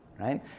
right